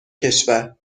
کشور